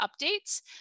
updates